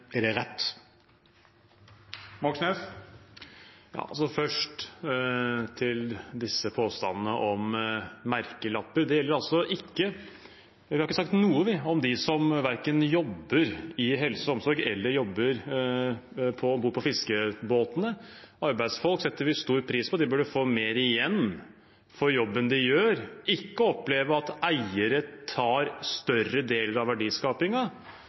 Er det rett? Først til disse påstandene om merkelapper: Vi har ikke sagt noe verken om dem som jobber i helse- og omsorgssektoren, eller dem som jobber om bord på fiskebåtene. Vi setter stor pris på arbeidsfolk. De burde få mer igjen for jobben de gjør, og ikke oppleve at eierne tar større deler av